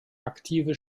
aktive